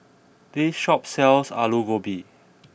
this shop sells Aloo Gobi